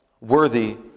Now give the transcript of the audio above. worthy